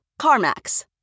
CarMax